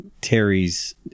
Terry's